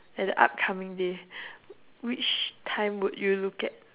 at the upcoming day which time would you look at